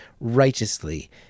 righteously